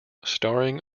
starring